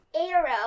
arrow